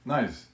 Nice